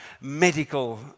medical